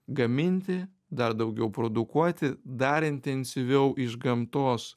gaminti dar daugiau produkuoti dar intensyviau iš gamtos